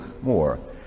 more